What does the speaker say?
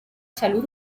salud